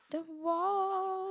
the wall